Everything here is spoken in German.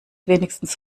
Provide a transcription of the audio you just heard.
wenigstens